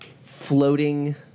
floating